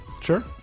Sure